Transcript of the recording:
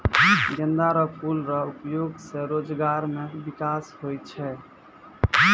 गेंदा रो फूल रो उपयोग से रोजगार मे बिकास होलो छै